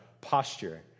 posture